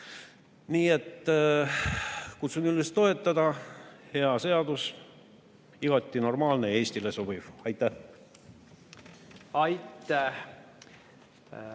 Nii et kutsun üles toetama – hea seadus, igati normaalne ja Eestile sobiv. Aitäh! Aitäh!